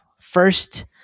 first